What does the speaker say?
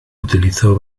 utilizó